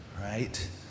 right